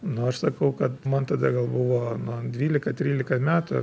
nu aš sakau kad man tada gal buvo na dvylika trylika metų